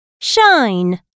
Shine